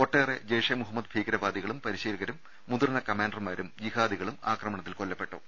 ഒട്ടേറെ ജെയ്ഷെ മുഹമ്മദ് ഭീകരവാദികളും പരിശീലകരും മുതിർന്ന കമാന്റർമാരും ജിഹാദികളും ആക്രമണ ത്തിൽ കൊല്ലപ്പെട്ടു